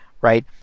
right